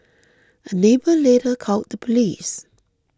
a neighbour later called the police